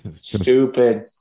Stupid